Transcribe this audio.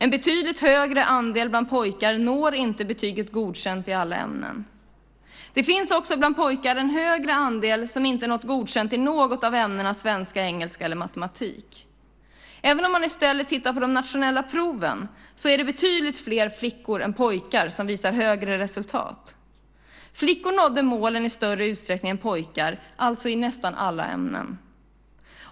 En betydligt större andel bland pojkarna når inte betyget Godkänd i alla ämnen. Det finns också bland pojkar en större andel som inte nått betyget Godkänd i något av ämnena svenska, engelska eller matematik. Även om man i stället tittar på de nationella proven är det betydligt fler flickor än pojkar som visar bra resultat. Flickor nådde målen i större utsträckning än pojkar, alltså i nästan alla ämnen.